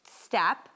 step